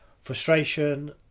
frustration